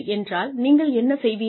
என்றால் நீங்கள் என்ன செய்வீர்கள்